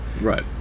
Right